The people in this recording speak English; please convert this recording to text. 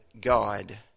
God